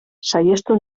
saihestu